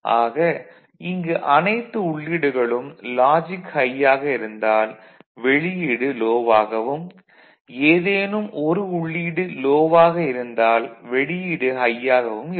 ஆக இங்கு அனைத்து உள்ளீடுகளும் லாஜிக் ஹை ஆக இருந்தால் வெளியீடு லோ ஆகவும் ஏதேனும் ஒரு உள்ளீடு லோ ஆக இருந்தால் வெளியீடு ஹை ஆகவும் இருக்கும்